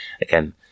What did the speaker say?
again